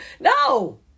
No